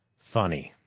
funny,